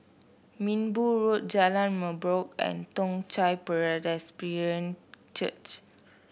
Minbu Road Jalan Merbok and Toong Chai Presbyterian Church